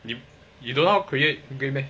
你 you don't know how to create game meh